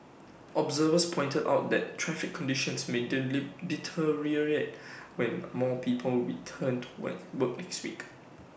observers pointed out that traffic conditions may deteriorate when more people return to work work next week